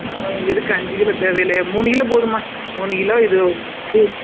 எதுக்கு அஞ்சு கிலோ தேவையில்லையே மூணு கிலோ போதும்மா மூணு கிலோ இது ஒரு பெரிய